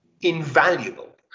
invaluable